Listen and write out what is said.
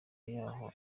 yaho